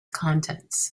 contents